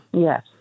Yes